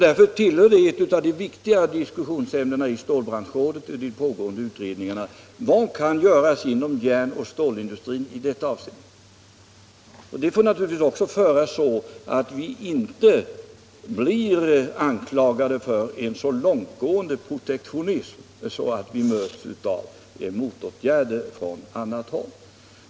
Därför är ett av de viktigare diskussionsämnena i stålbranschrådet och i de pågående utredningarna: Vad kan göras inom järnoch stålindustrin i detta avseende? Diskussionen får naturligtvis också föras på ett sådant sätt att vi inte blir anklagade för en så långtgående protektionism att vi möts av motåtgärder från annat håll.